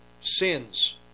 sins